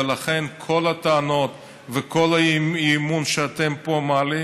ולכן כל הטענות וכל האי-אמון שאתם פה מעלים